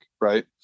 right